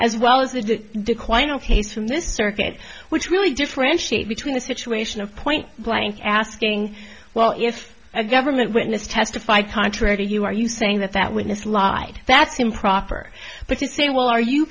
as well as the decline of he's from this circuit which really differentiate between the situation of point blank asking well if a government witness testify contrary to you are you saying that that witness lied that's improper but to say well are you